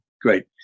great